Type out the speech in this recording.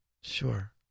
Sure